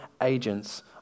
agents